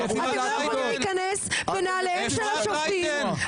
אתם לא יכולים להיכנס בנעליהם של השופטים.